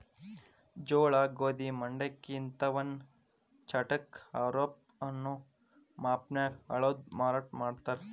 ಜೋಳ, ಗೋಧಿ, ಮಂಡಕ್ಕಿ ಇಂತವನ್ನ ಚಟಾಕ, ಆರಪೌ ಅನ್ನೋ ಮಾಪನ್ಯಾಗ ಅಳದು ಮಾರಾಟ ಮಾಡ್ತಾರ